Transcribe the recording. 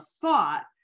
thought